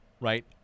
right